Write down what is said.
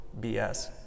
BS